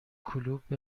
کلوب